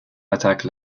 attaque